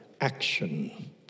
action